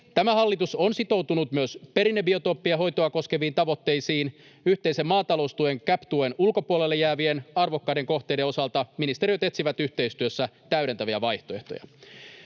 Tämä hallitus on sitoutunut myös perinnebiotooppien hoitoa koskeviin tavoitteisiin. Yhteisen maataloustuen eli CAP-tuen ulkopuolelle jäävien arvokkaiden kohteiden osalta ministeriöt etsivät yhteistyössä täydentäviä vaihtoehtoja.